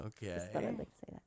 Okay